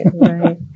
right